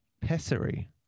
Pessary